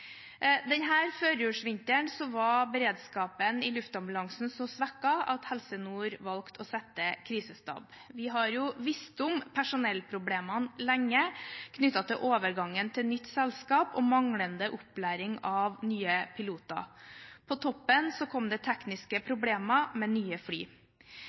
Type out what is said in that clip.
førjulsvinteren var beredskapen i Luftambulansen så svekket at Helse Nord valgte å sette krisestab. Vi har lenge visst om personellproblemene knyttet til overgangen til nytt selskap og manglende opplæring av nye piloter. På toppen kom det tekniske problemer med nye fly.